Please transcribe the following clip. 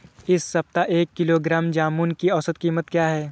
इस सप्ताह एक किलोग्राम जामुन की औसत कीमत क्या है?